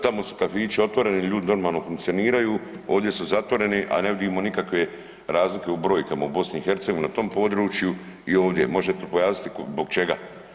Tamo su kafići otvoreni, ljudi normalno funkcioniraju, ovdje su zatvoreni, a ne vidimo nikakve razlike u brojkama u BiH na tom području i ovdje, možete pojasniti zbog čega?